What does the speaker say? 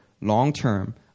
long-term